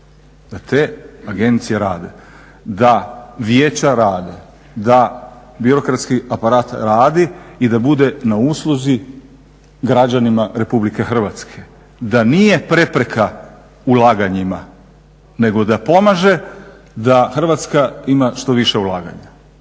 Da te agencije rade, da vijeća rade, da birokratski aparat radi i da bude na usluzi građanima RH, da nije prepreka ulaganjima nego da pomaže da Hrvatska ima što više ulaganja.